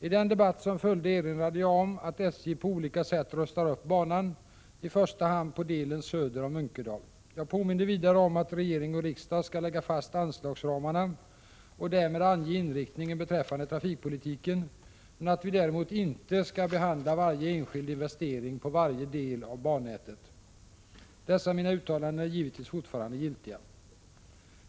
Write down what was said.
I den debatt som följde erinrade jag om att SJ på olika sätt rustar upp banan, i första hand på delen söder om Munkedal. Jag påminde vidare om att regering och riksdag skall lägga fast anslagsramarna och därmed ange inriktningen beträffande trafikpolitiken men att de däremot inte skall behandla varje enskild investering på varje del av bannätet. Dessa mina uttalanden är givetvis fortfarande giltiga.